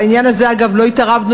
בעניין הזה לא התערבנו,